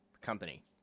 company